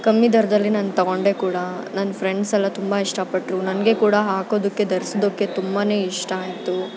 ಕಮ್ಮಿ ದರದಲ್ಲಿ ನಾನು ತೊಗೊಂಡೆ ಕೂಡ ನನ್ನ ಫ್ರೆಂಡ್ಸ್ ಎಲ್ಲ ತುಂಬ ಇಷ್ಟ ಪಟ್ಟರು ನನಗೆ ಕೂಡ ಹಾಕೋದಕ್ಕೆ ಧರ್ಸೋದುಕ್ಕೆ ತುಂಬಾ ಇಷ್ಟ ಆಯಿತು